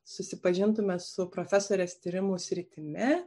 susipažintume su profesorės tyrimų sritimi